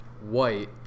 white